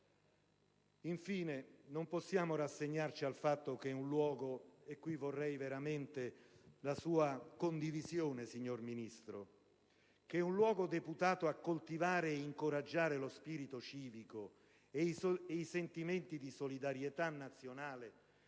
Infine, non possiamo rassegnarci al fatto che un luogo - al riguardo vorrei che lei esprimesse condivisione, signora Ministro - deputato a coltivare e incoraggiare lo spirito civico e i sentimenti di solidarietà nazionale,